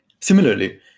similarly